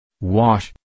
Wash